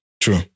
True